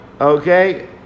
okay